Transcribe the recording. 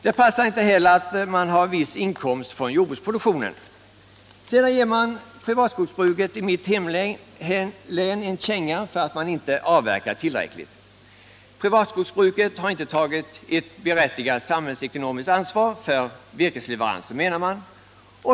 Det passar inte heller att han har viss inkomst från jordbruksproduktion. Sedan ger man privatskogsbruket i mitt hemlän en känga för att det inte avverkat tillräckligt. Privatskogsbruket har inte tagit ett berättigat samhällsekonomiskt ansvar för virkesleveranser.